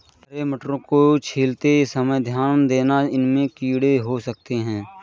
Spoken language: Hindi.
हरे मटरों को छीलते समय ध्यान देना, इनमें कीड़े हो सकते हैं